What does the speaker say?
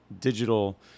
digital